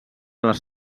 les